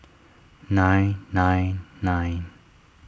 nine nine nine